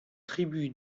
tribu